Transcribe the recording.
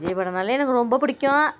விஜய் படம்னாலே எனக்கு ரொம்ப பிடிக்கும்